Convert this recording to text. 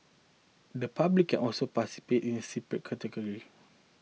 the public can also participate in a separate category